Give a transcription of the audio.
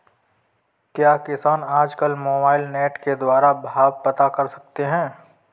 क्या किसान आज कल मोबाइल नेट के द्वारा भाव पता कर सकते हैं?